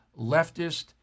leftist